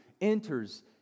enters